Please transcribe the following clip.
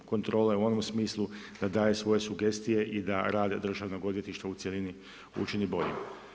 Kontrole u onom smislu da daje svoje sugestije i da rad državnog odvjetništva u cjelini učini boljim.